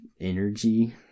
energy